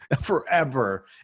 forever